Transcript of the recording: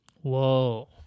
Whoa